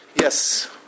Yes